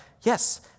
yes